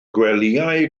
gwelyau